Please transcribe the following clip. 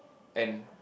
and